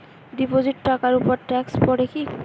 Deposit টাকার উপর tax পড়ে কি?